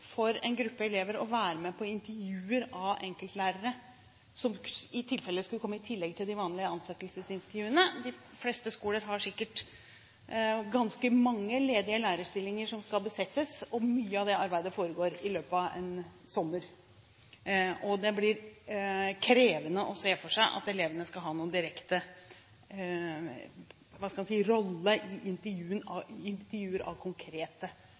for en gruppe elever å være med på intervjuer av enkeltlærere, som i tilfelle skulle komme i tillegg til de vanlige ansettelsesintervjuene. De fleste skoler har sikkert ganske mange ledige lærerstillinger som skal besettes. Mye av det arbeidet foregår i løpet av sommeren, og det blir krevende å se for seg at elevene skal ha noen direkte